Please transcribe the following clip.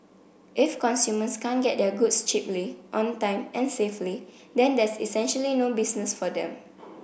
if consumers can't get their goods cheaply on time and safely then there's essentially no business for them